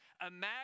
Imagine